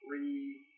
three